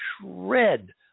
shred